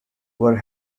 were